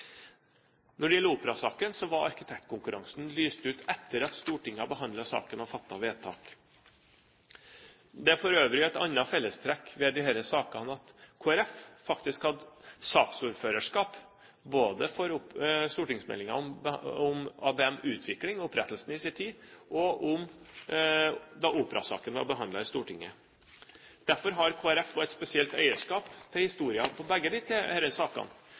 operasaken, ble arkitektkonkurransen utlyst etter at Stortinget hadde behandlet saken og fattet vedtak. Det er for øvrig et annet fellestrekk ved disse sakene. Kristelig Folkeparti hadde faktisk saksordførerskap både for stortingsmeldingen om ABM-utvikling og opprettelsen i sin tid, og operasaken da den ble behandlet i Stortinget. Derfor har Kristelig Folkeparti et spesielt eierskap til historien om begge disse to sakene.